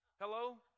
Hello